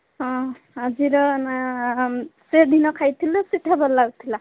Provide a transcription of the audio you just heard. ହଁ ଆଜିର ନା ସେ ଦିନ ଖାଇଥିଲୁ ମିଠା ଭଲ ଲାଗୁଥିଲା